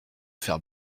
faire